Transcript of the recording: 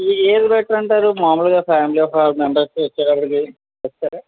ఇది ఏది బెటర్ అంటారు మామూలుగా ఫ్యామిలీ ఒక ఫైవ్ మెంబెర్స్ వచ్చేటప్పటికి చెప్తారా